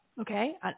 okay